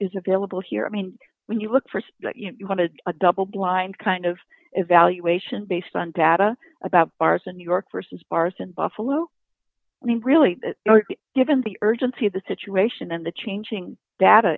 is available here i mean when you look st you wanted a double blind kind of evaluation based on data about bars in new york versus bars in buffalo really given the urgency of the situation and the changing data